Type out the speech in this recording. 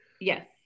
Yes